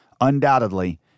Undoubtedly